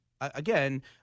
again